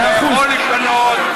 אתה יכול לשנות.